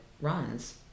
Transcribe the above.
runs